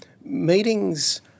meetings